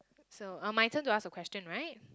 so uh my turn to ask a question right